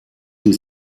sie